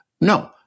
no